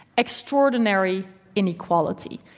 extraordinary inequality.